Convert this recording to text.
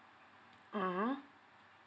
mmhmm